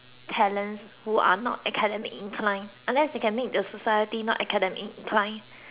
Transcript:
who are not academic inclined unless they can make the society not academic inclined then